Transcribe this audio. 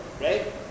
right